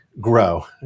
grow